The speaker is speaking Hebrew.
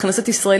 בכנסת ישראל,